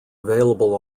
available